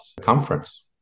conference